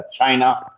China